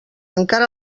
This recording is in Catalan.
encara